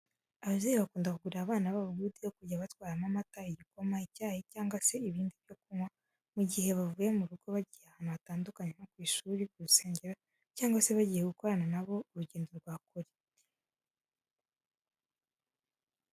Ababyeyi bakunda kugurira abana babo gurude yo kujya batwaramo amata, igikoma, icyayi cyangwa se ibindi byo kunywa mu gihe bavuye mu rugo bagiye ahantu hatandukanye nko ku ishuri, ku rusengero cyangwa se bagiye gukorana na bo urugendo rwa kure.